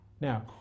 now